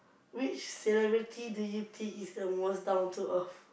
which celebrity do you think is the most down to earth